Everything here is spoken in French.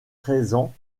présent